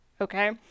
okay